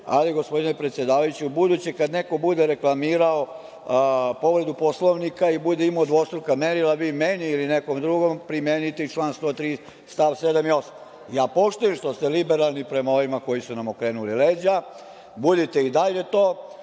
naslušali. Gospodine predsedavajući, ubuduće kada neko bude reklamirao povredu Poslovnika i bude imao dvostruka merila, vi meni ili nekom drugom primenite član 103. st. 7. i 8. Ja poštujem što ste liberalni prema ovima koji su nam okrenuli leđa. Budite i dalje to.